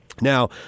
Now